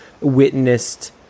witnessed